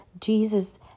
Jesus